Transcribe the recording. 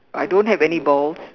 I don't have any balls